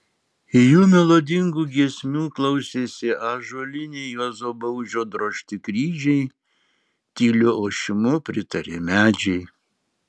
jų melodingų giesmių klausėsi ąžuoliniai juozo baužio drožti kryžiai tyliu ošimu pritarė medžiai